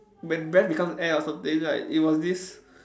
when breath becomes air or something like it was this